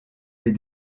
des